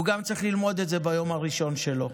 הוא צריך ללמוד גם את זה ביום הראשון שלו.